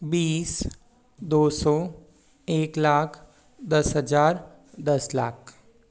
बीस दो सौ एक लाख दस हज़ार दस लाख